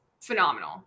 phenomenal